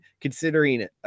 considering